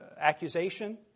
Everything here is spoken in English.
accusation